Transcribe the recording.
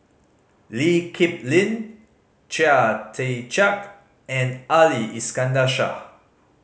Lee Kip Lin Chia Tee Chiak and Ali Iskandar Shah